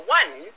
one